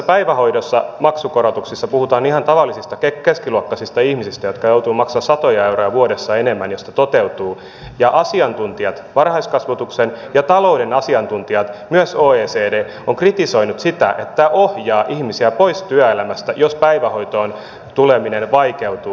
päivähoidon maksukorotuksissa puhutaan ihan tavallisista keskiluokkaisista ihmisistä jotka joutuvat maksamaan satoja euroja vuodessa enemmän jos tämä toteutuu ja asiantuntijat varhaiskasvatuksen ja talouden asiantuntijat myös oecd ovat kritisoineet sitä että tämä ohjaa ihmisiä pois työelämästä jos päivähoitoon tuleminen vaikeutuu